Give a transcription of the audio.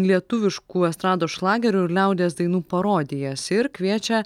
lietuviškų estrados šlagerių ir liaudies dainų parodijas ir kviečia